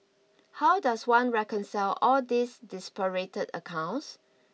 how does one reconcile all these disparate accounts